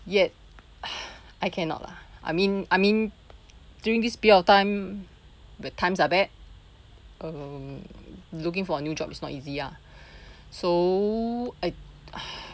yet I cannot lah I mean I mean during this period of time when times are bad um looking for a new job is not easy ah so I